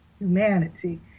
Humanity